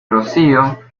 rocío